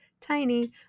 tiny